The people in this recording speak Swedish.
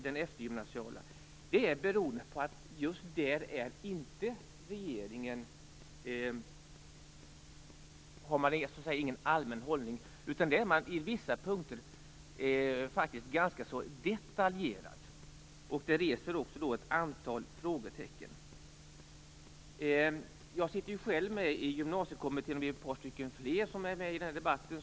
Att jag har begärt ordet i den här debatten beror på att regeringen just där inte har någon allmän hållning, utan där är man i vissa punkter ganska detaljerad. Det reser också ett antal frågetecken. Jag sitter själv med i Gymnasiekommittén liksom ett par andra i den här debatten.